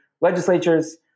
legislatures